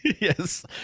Yes